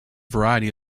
variety